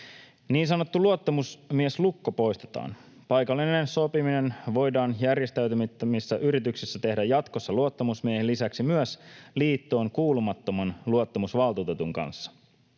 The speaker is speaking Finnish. Niin sanottu luottamusmieslukko poistetaan. Paikallinen sopiminen voidaan järjestäytymättömissä yrityksissä tehdä jatkossa luottamusmiehen lisäksi myös liittoon kuulumattoman luottamusvaltuutetun kanssa.